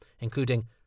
including